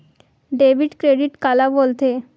Debit credit काला बोल थे?